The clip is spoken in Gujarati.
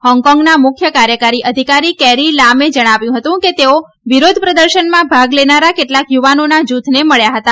હોંગકોંગના મુખ્ય કાર્યકારી અધિકારી કેરી લામે જણાવ્યું હતું કે તેઓ વિરોધ પ્રદર્શનમાં ભાગ લેનારા કેટલાંક યુવાનોના જૂથને મળ્યા હતા